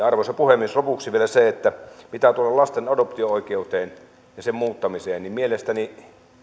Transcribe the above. arvoisa puhemies lopuksi vielä mitä tulee lasten adoptio oikeuteen ja sen muuttamiseen mielestäni